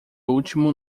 último